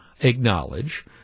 acknowledge